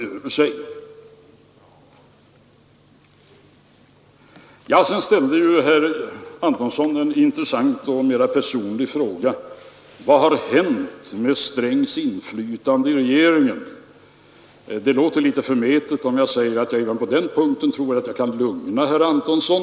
Herr Antonsson ställde en intressant men mera personlig fråga: Vad har hänt med Strängs inflytande i regeringen? Det låter litet förmätet om jag säger att jag även på den punkten tror mig kunna lugna herr Antonsson.